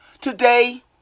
Today